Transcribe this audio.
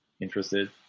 interested